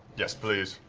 yes, please.